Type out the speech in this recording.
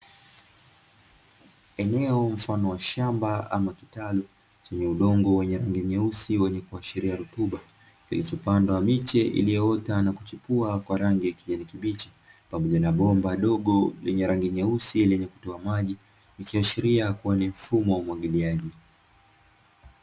Eneo mfano wa shamba ama kitalu, chenye udongo wenye rangi nyeusi wenye kuashiria rutuba, kilichopandwa miche iliyoota na kuchipua kwa rangi ya kijani kibichi pamoja na bomba dogo lenye rangi nyeusi lenye kutoa maji. Ikiashiria kuwa ni mfumo wa umwagiliaji.